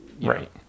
right